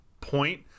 point